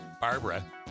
Barbara